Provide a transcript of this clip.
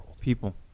People